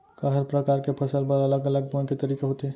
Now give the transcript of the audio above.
का हर प्रकार के फसल बर अलग अलग बोये के तरीका होथे?